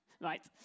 right